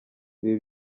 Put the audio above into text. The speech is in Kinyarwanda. ibi